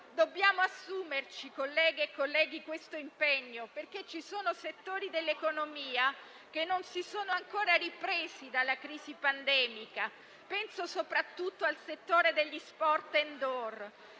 dobbiamo assumerci questo impegno, perché ci sono settori dell'economia che non si sono ancora ripresi dalla crisi pandemica. Penso soprattutto al settore degli sport *indoor:*